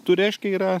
tai reiškia yra